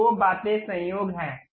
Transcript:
ये दो बातें संयोग हैं